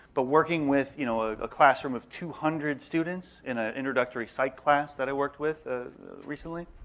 but working with you know ah a classroom of two hundred students in an introductory psych class that i worked with ah recently,